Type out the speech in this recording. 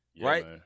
Right